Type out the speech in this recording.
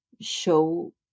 show